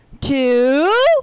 two